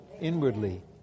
inwardly